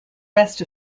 rest